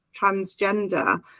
transgender